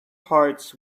hearts